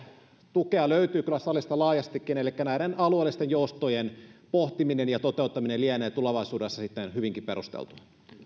tukea löytyy kyllä salissa laajastikin elikkä alueellisten joustojen pohtiminen ja toteuttaminen lienee tulevaisuudessa sitten hyvinkin perusteltua